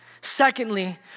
Secondly